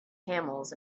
camels